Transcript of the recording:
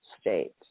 state